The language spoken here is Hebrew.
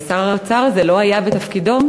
שר האוצר הזה לא היה בתפקידו,